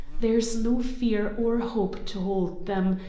there's no fear or hope to hold them,